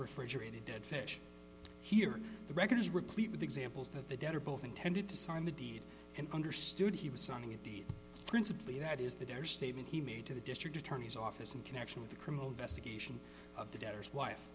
refrigerated dead fish here the record is replete with examples that the debtor both intended to sign the deed and understood he was signing a deed principly that is that their statement he made to the district attorney's office in connection with the criminal investigation of the debtors wife